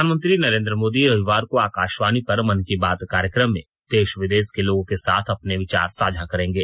प्रधानमंत्री नरेन्द्र मोदी रविवार को आकाशवाणी पर मन की बात कार्यक्रम में देश विदेश के लोगों के साथ अपने विचार साझा करेंगे